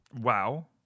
Wow